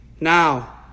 now